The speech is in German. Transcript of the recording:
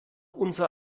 unser